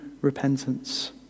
repentance